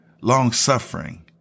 long-suffering